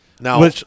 now